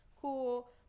cool